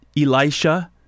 Elisha